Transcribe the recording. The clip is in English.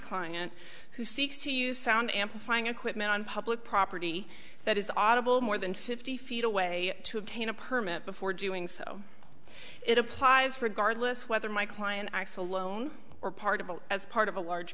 client who seeks to use sound amplifying equipment on public property that is audible more than fifty feet away to obtain a permit before doing so it applies regardless whether my client acts alone or part of it as part of a large